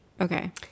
Okay